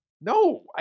No